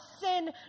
sin